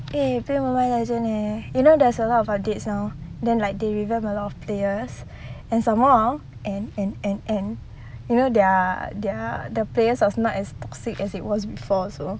eh play mobile legend leh you know there's a lot of updates now then like they revamp a lot of players and some more and and and and you know their their the players was not as toxic as it was before also